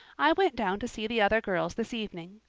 i went down to see the other girls this evening.